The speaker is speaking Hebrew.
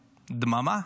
דממה,